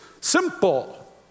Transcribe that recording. simple